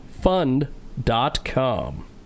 fund.com